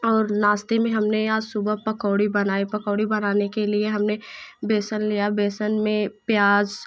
और नास्ते में हमने आज सुबह पकौड़ी बनाई पकौड़ी बनाने के लिए हमने बेसन लिया बेसन में प्याज